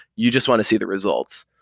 you just want to see the results.